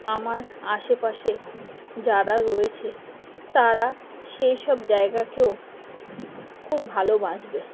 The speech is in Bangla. আমার আশেপাশে যারা রয়েছে তারা সেই সব জায়গাকেও খুব ভালোবাসবে